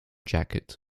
jacket